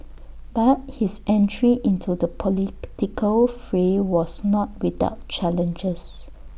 but his entry into the political fray was not without challenges